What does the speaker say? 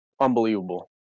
unbelievable